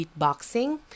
beatboxing